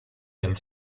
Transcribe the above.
del